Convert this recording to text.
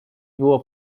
było